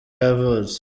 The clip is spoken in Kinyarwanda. yavutse